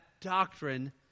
doctrine